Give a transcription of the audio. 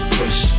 push